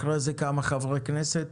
אחרי זה נשמע חברי כנסת,